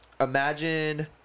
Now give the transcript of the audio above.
imagine